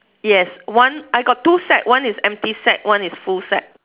yes one I got two sets one is empty set one is full set